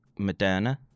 Moderna